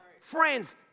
Friends